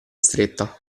stretta